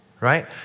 right